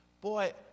Boy